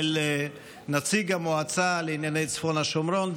של נציג המועצה לענייני צפון השומרון,